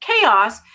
chaos